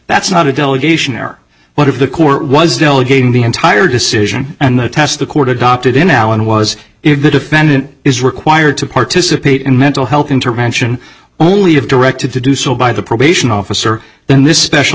that's not a delegation or what if the court was delegated the entire decision and the test the court adopted in allen was it good defendant is required to participate in mental health intervention only of directed to do so by the probation officer then this special